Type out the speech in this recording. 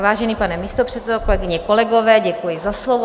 Vážený pane místopředsedo, kolegyně, kolegové, děkuji za slovo.